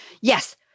Yes